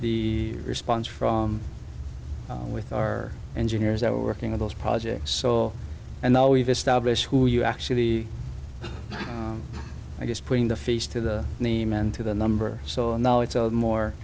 the response from with our engineers that were working on those projects so and now we've established who you actually i guess putting the face to the name and to the number so now it's more